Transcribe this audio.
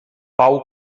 pau